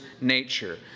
nature